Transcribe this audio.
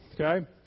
okay